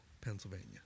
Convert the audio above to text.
Pennsylvania